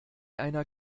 einer